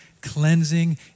cleansing